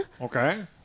Okay